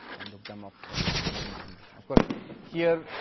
kind of them up for more information. of course here,